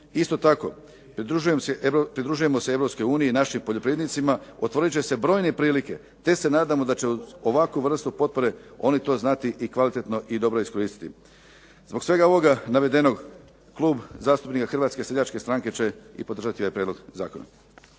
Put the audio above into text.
Isto tako pridruživanjem Europskoj uniji našim poljoprivrednicima otvorit će se brojne prilike, te se nadamo da će ovakvu vrstu potpore oni to znati kvalitetno i dobro iskoristiti. Zbog svega ovog navedenog Klub zastupnik Hrvatske seljačke strane će i podržati ovaj prijedlog zakona.